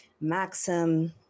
Maxim